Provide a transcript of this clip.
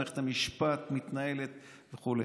מערכת המשפט מתנהלת וכו'.